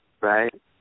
right